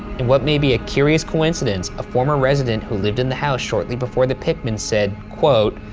in what may be a curious coincidence, a former resident who lived in the house shortly before the pickmans said, quote,